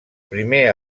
primer